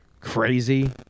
crazy